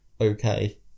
Okay